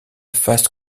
face